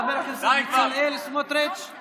חבר הכנסת בצלאל סמוטריץ';